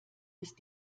ist